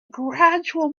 gradual